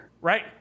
Right